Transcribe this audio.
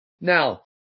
Now